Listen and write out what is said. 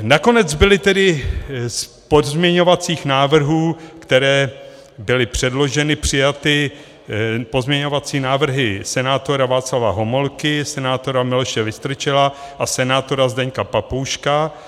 Nakonec byly z pozměňovacích návrhů, které byly předloženy, přijaty pozměňovací návrhy senátora Václava Homolky, senátora Miloše Vystrčila a senátora Zdeňka Papouška.